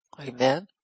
Amen